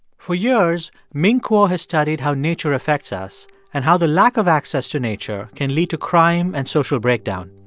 for years, ming kuo has studied how nature affects us and how the lack of access to nature can lead to crime and social breakdown.